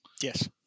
yes